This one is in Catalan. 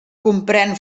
comprèn